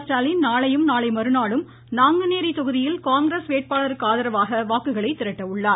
ஸ்டாலின் நாளையும் நாளை மறுநாளும் நாங்குனேரி தொகுதியில் காங்கிரஸ் வேட்பாளருக்கு ஆதரவாக வாக்குகளை திரட்டவுள்ளார்